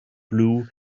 blue